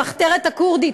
המחתרת הכורדית,